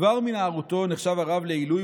כבר מנערותו נחשב הרב לעילוי,